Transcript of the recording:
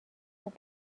خوب